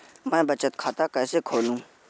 मैं बचत खाता कैसे खोलूँ?